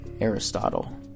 Aristotle